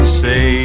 say